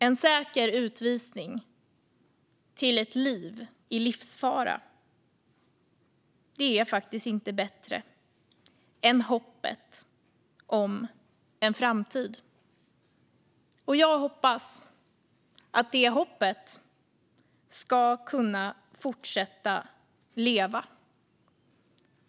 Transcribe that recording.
En säker utvisning till ett liv i livsfara är faktiskt inte bättre än hoppet om en framtid. Jag hoppas att det hoppet ska kunna fortsätta att leva.